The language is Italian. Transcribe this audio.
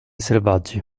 selvaggi